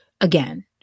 again